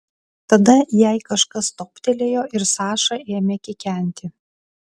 tada jai kažkas toptelėjo ir saša ėmė kikenti